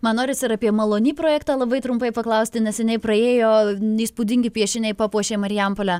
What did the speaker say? man norisi ir apie malony projektą labai trumpai paklausti neseniai praėjo n įspūdingi piešiniai papuošė marijampolę